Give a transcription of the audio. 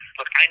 Look